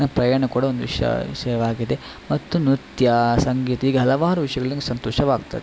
ಇನ್ನೂ ಪ್ರಯಾಣ ಕೂಡ ಒಂದು ವಿಷಯ ವಿಷಯವಾಗಿದೆ ಮತ್ತು ನೃತ್ಯ ಸಂಗೀತ ಹೀಗೆ ಹಲವಾರು ವಿಷಯಗಳಲ್ಲಿ ನನ್ಗೆ ಸಂತೋಷವಾಗುತ್ತದೆ